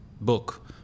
book